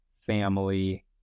family